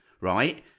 right